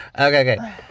Okay